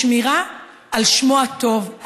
לשמירה על שמו הטוב,